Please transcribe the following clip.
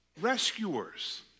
rescuers